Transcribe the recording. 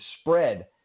spread